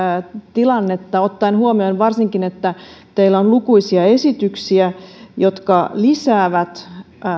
tilannetta ottaen huomioon varsinkin sen että teillä on lukuisia esityksiä jotka lisäävät